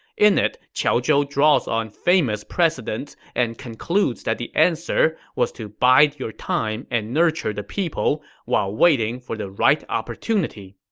in it, qiao zhou draws on famous precedents and concludes that the answer was to bide your time and nurture the people while waiting for the right opportunity.